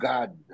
God